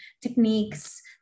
techniques